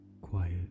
quiet